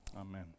Amen